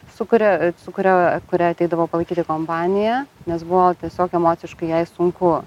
su kuria su kuria kuria ateidavo palaikyti kompaniją nes buvo tiesiog emociškai jai sunku